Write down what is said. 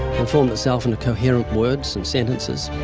and formed itself into coherent words, and sentences,